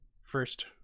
first